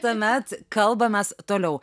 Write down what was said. tuomet kalbamės toliau